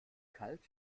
kalt